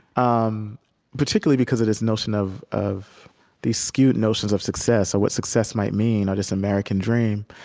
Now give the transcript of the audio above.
um particularly because of this notion of of these skewed notions of success, or what success might mean, or this american dream.